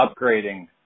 upgrading